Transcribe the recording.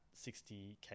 60k